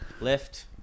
lift